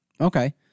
Okay